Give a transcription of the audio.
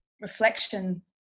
reflection